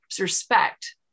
respect